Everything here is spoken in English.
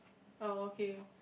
oh okay